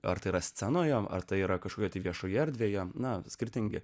ar tai yra scenoje ar tai yra kažkokioje viešoje erdvėje na skirtingi